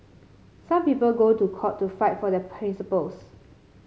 some people go to court to fight for their principles